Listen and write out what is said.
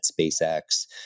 SpaceX